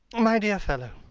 my dear fellow,